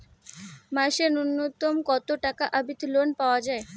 মাসে নূন্যতম কতো টাকা অব্দি লোন পাওয়া যায়?